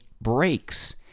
breaks